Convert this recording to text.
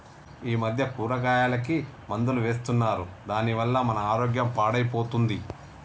ఈ మధ్య కూరగాయలకి మందులు వేస్తున్నారు దాని వల్ల మన ఆరోగ్యం పాడైపోతుంది